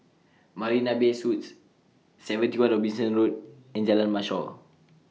Marina Bay Suites seventy one Robinson Road and Jalan Mashhor